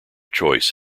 choice